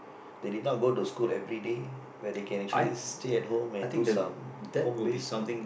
they did not go to school everyday where they can actually stay at home and do some home base learn